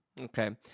Okay